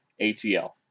ATL